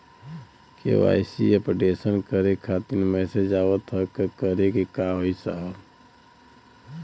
KYC updation करें खातिर message आवत ह का करे के होई साहब?